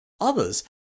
others